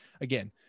again